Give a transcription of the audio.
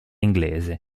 inglese